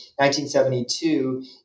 1972